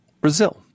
Brazil